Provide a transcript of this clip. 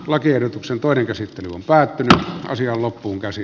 lakiehdotuksen pari käsittely on päättynyt ja asia loppuunkäsi